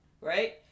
right